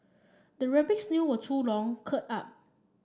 the rabbit's nail were too long curled up